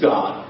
God